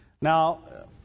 Now